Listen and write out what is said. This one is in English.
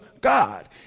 God